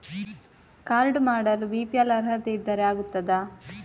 Card ಮಾಡಲು BPL ಅರ್ಹತೆ ಇದ್ದರೆ ಆಗುತ್ತದ?